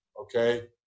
Okay